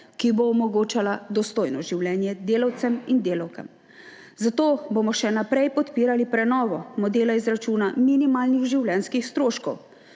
ki bo omogočala dostojno življenje delavcem in delavkam. Zato bomo še naprej podpirali prenovo modela izračuna minimalnih življenjskih stroškov,